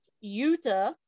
Utah